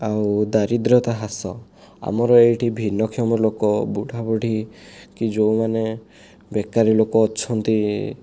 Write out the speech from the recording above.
ଆଉ ଦରିଦ୍ରତା ହ୍ରାସ ଆମର ଏଇଠି ଭିନ୍ନକ୍ଷମ ଲୋକ ବୁଢ଼ା ବୁଢ଼ୀ କି ଯେଉଁମାନେ ବେକାରୀ ଲୋକ ଅଛନ୍ତି